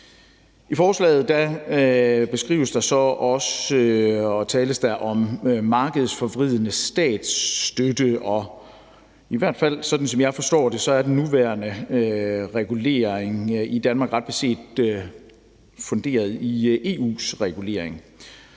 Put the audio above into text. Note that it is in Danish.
I forslaget beskrives der så også og tales der om markedsforvridende statsstøtte, og sådan som jeg i hvert fald forstår det, er den nuværende regulering i Danmark ret beset funderet i EU's regulering,